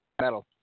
metal